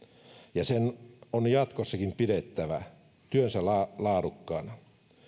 ja sen on jatkossakin pidettävä työnsä laadukkaana